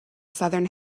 southern